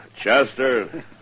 Chester